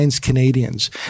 Canadians